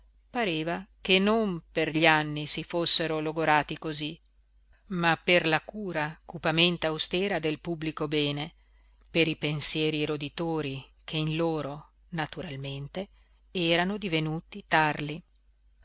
pareva che non per gli anni si fossero logorati cosí ma per la cura cupamente austera del pubblico bene per i pensieri roditori che in loro naturalmente erano divenuti tarli